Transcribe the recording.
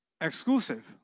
exclusive